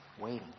waiting